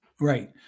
Right